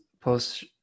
post